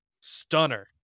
stunner